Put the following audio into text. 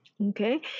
Okay